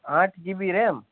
આઠ GB RAM